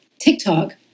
TikTok